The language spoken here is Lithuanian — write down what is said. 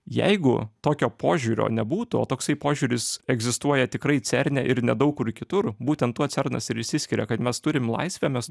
jeigu tokio požiūrio nebūtų o toksai požiūris egzistuoja tikrai cerne ir nedaug kur kitur būtent tuo cernas ir išsiskiria kad mes turim laisvę mes